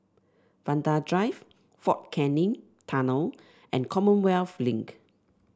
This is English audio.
Vanda Drive Fort Canning Tunnel and Commonwealth Link